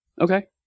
Okay